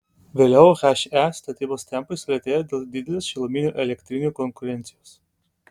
vėliau he statybos tempai sulėtėjo dėl didelės šiluminių elektrinių konkurencijos